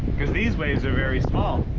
because these waves are very small